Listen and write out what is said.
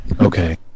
Okay